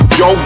yo